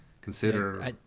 consider